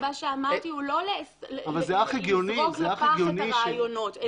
מה שאמרתי הוא לא לזרוק לפח את הרעיונות,